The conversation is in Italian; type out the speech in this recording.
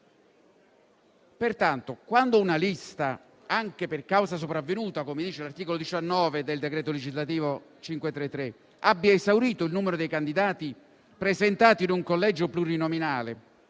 pertanto quando una lista, anche per causa sopravvenuta, come stabilisce 19 del decreto legislativo n. 533, ha esaurito il numero dei candidati presentati in un collegio plurinominale